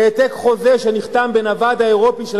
העתק חוזה שנחתם בין הוועד האירופי של